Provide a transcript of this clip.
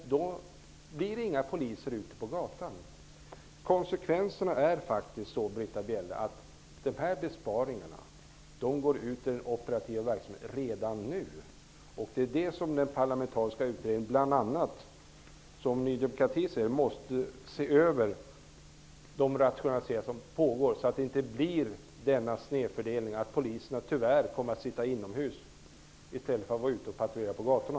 Då blir det inga poliser ute på gatorna. Konsekvenserna är faktiskt, Britta Bjelle, att dessa besparingar går ut över den operativa verksamheten redan nu. Det är det som den parlamentariska utredningen bl.a. måste se över, som Ny demokrati säger, så att de rationaliseringar som pågår inte leder till denna snedfördelning och till att poliserna, tyvärr, kommer att sitta inomhus i stället för att vara ute och patrullera på gatorna.